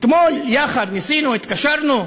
אתמול יחד ניסינו והתקשרנו,